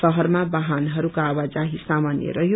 शहरमा वाहनहरूको आवाजाही सामान्य रहयो